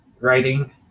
writing